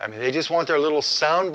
i mean they just want their little sound